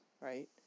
right